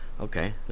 Okay